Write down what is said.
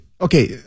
Okay